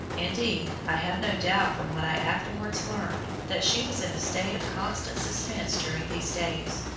indeed i have no doubt from what i afterwards learned, that she was in a state of constant suspense during these days.